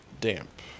Damp